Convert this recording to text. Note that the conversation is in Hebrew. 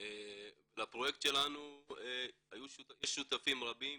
לפרויקט שלנו יש שותפים רבים